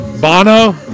Bono